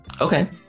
Okay